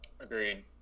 Agreed